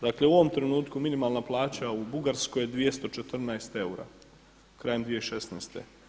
Dakle u ovom trenutku minimalna plaća u Bugarskoj je 214 eura krajem 2016.